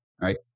right